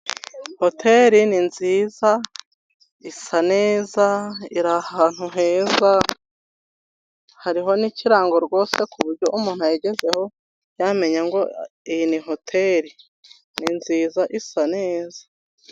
Hoteri ni nziza, isa neza, iri ahantu heza, hariho n'ikirango rwose ku buryo umuntu yageze aho yamenya ngo iyi ni hoteri. Ni nziza isa neza neza.